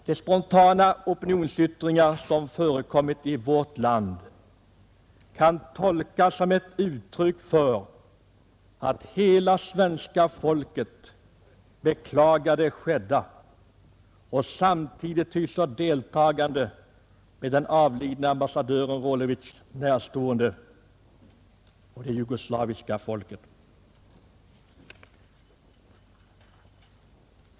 De spontana opinionsyttringar som förekommit i vårt land kan tolkas som ett uttryck för att hela svenska folket beklagar det skedda och samtidigt hyser deltagande med den avlidne ambassadören Rolovics närstående och det jugoslaviska folket.